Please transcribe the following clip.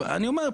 אני אומר,